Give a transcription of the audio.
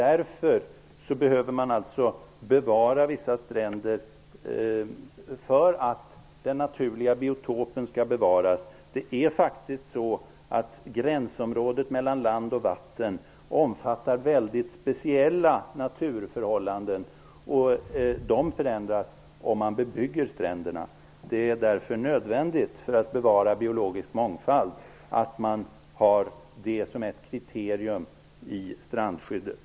Vi behöver bevara vissa stränder för att den naturliga biotopen skall bevaras. Gränsområdet mellan land och vatten omfattar väldigt speciella naturförhållanden. De förändras om man bebygger stränderna. För att bevara biologisk mångfald är det nödvändigt att vi har det som ett kriterium i strandskyddet.